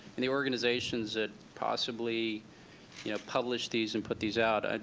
and the organizations that possibly you know publish these and put these out?